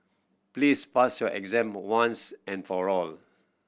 please pass your exam once and for all